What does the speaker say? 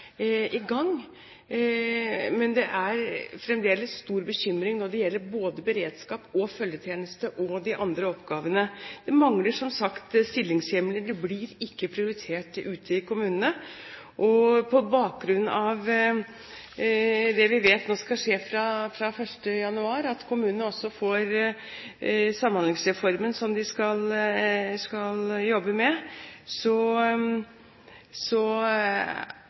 i gang, men det er fremdeles stor bekymring når det gjelder både beredskap, følgetjeneste og andre oppgaver. Det mangler som sagt stillingshjemler – det blir ikke prioritert ute i kommunene. På bakgrunn av det vi vet skal skje nå fra 1. januar, at kommunene også får Samhandlingsreformen